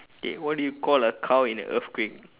okay what do you call a cow in an earthquake